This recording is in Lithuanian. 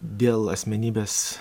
dėl asmenybės